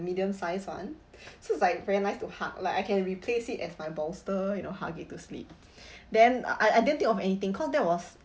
medium size [one] so it's like very nice to hug like I can replace it as my bolster you know hug it to sleep then I I didn't think of anything cause that was